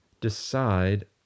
decide